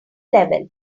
level